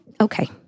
okay